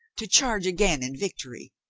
to charge again in victory.